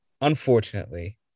unfortunately